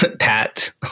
Pat